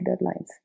deadlines